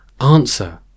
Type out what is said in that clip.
Answer